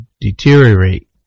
deteriorate